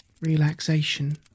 relaxation